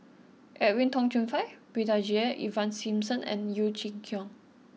Edwin Tong Chun Fai Brigadier Ivan Simson and Yeo Chee Kiong